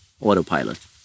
autopilot